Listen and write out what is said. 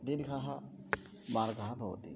दीर्घः मार्गः भवति